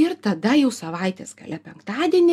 ir tada jau savaitės gale penktadienį